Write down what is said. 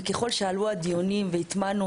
ככל שהתקדמו הדיונים,